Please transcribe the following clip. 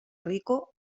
rico